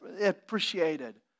appreciated